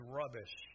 rubbish